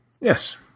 Yes